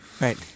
right